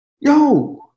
yo